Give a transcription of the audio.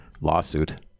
lawsuit